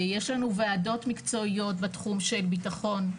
יש לנו וועדות מקצועיות בתחום של ביטחון,